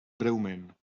breument